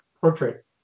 portrait